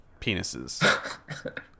penises